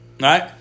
right